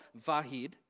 vahid